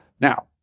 Now